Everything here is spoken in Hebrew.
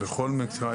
דפיברילטור.